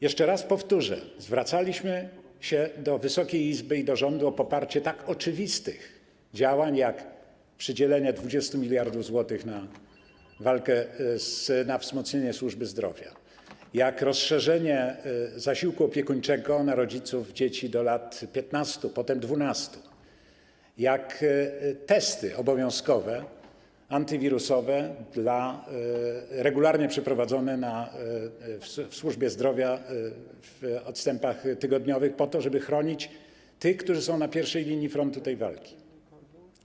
Jeszcze raz powtórzę: zwracaliśmy się do Wysokiej Izby i do rządu o poparcie tak oczywistych działań, jak przydzielenie 20 mld zł na wzmocnienie służby zdrowia, jak rozszerzenie zasiłku opiekuńczego na rodziców dzieci do lat 15, potem - lat 12, jak obowiązkowe testy antywirusowe regularnie przeprowadzane w służbie zdrowia w odstępach tygodniowych po to, żeby chronić tych, którzy są na pierwszej linii frontu tej walki.